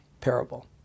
parable